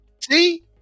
See